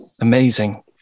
Amazing